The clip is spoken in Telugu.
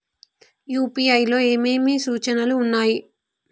యూ.పీ.ఐ లో ఏమేమి సూచనలు ఉన్నాయి?